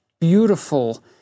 beautiful